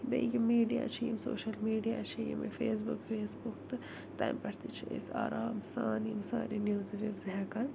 بیٚیہِ یہِ میٖڈیا چھِ یِم سوشل میٖڈیا چھِ یِمَے فیس بُک ویس بُک تہٕ تَمہِ پٮ۪ٹھ تہِ چھِ ٲسۍ آرام سان یِم سارے نِوزٕ وِوزٕ ہٮ۪کان